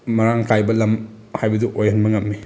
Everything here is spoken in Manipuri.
ꯃꯔꯥꯡꯀꯥꯏꯕ ꯂꯝ ꯍꯥꯏꯕꯗꯨ ꯑꯣꯏꯍꯟꯕ ꯉꯝꯃꯤ